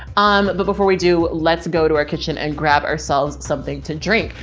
um, but before we do, let's go to our kitchen and grab ourselves something to drink.